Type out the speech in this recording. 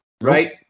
Right